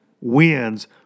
wins